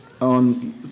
on